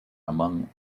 among